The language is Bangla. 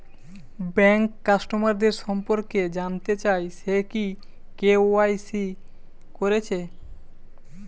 ব্যাংক কাস্টমারদের সম্পর্কে জানতে চাই সে কি কে.ওয়াই.সি কোরেছে